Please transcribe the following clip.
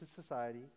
society